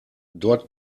dort